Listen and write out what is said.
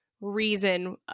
reason